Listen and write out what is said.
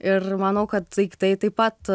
ir manau kad daiktai taip pat